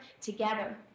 together